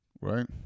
Right